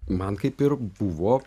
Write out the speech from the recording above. man kaip ir buvo